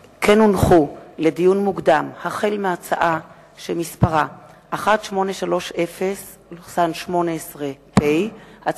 לדיון מוקדם: החל בהצעת חוק פ/1830/18 וכלה בהצעת חוק פ/1855/18,